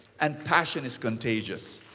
and passion is contagious.